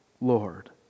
Lord